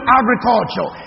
agriculture